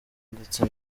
ndetse